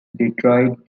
detroit